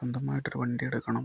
സ്വന്തമായിട്ടൊരു വണ്ടിയെടുക്കണം